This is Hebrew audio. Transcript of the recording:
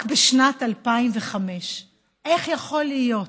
רק בשנת 2005. איך יכול להיות